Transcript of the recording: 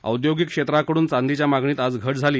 औदयोगिक क्षेत्राकडून चांदीच्या मागणीत आज घट झाली